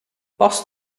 posso